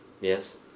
Yes